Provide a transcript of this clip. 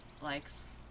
likes